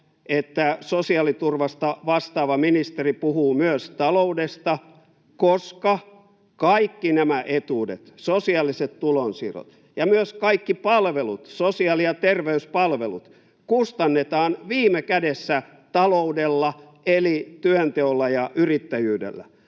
että sosiaaliturvasta vastaava ministeri puhuu myös taloudesta, koska kaikki nämä etuudet, sosiaaliset tulonsiirrot ja myös kaikki palvelut, sosiaali- ja terveyspalvelut, kustannetaan viime kädessä taloudella eli työnteolla ja yrittäjyydellä.